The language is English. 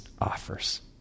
offers